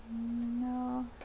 no